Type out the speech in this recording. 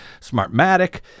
Smartmatic